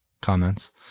comments